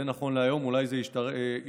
זה נכון להיום, אולי זה ישתנה.